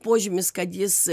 požymis kad jis